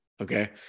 okay